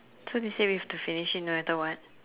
so they say we have to finish it no matter what